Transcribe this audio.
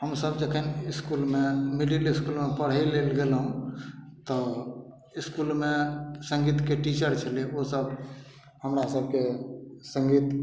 हमसब जखन इसकुलमे मिडिल इसकुलमे पढ़य लेल गेलहुँ तऽ इसकुलमे सङ्गीतके टीचर छलय ओ सब हमरा सबके सङ्गीत